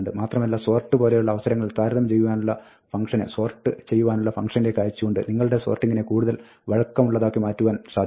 മാത്രമല്ല സോർട്ടിംഗ് പോലുള്ള അവസരങ്ങളിൽ താരതമ്യം ചെയ്യുവാനുള്ള ഫംങ്ക്ഷനെ സോർട്ട് ചെയ്യുവാനുള്ള ഫംങ്ക്ഷനിലേക്ക് അയച്ചുകൊണ്ട് നിങ്ങളുടെ സോർട്ടിങ്ങിനെ കൂടുതൽ വഴക്കമുള്ളതാക്കി മാറ്റുവാൻ സാധിക്കും